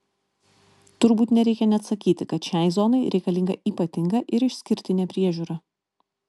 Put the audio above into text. turbūt nereikia net sakyti kad šiai zonai reikalinga ypatinga ir išskirtinė priežiūra